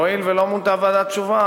והואיל ולא מונתה ועדת שומה,